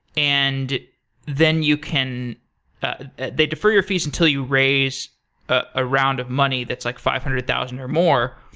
and then you can they defer your fees until you raise a round of money that's like five hundred thousand or more,